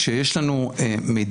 כשיש לנו מידע,